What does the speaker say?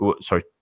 sorry